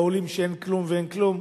מצד העולים שאין כלום ואין כלום.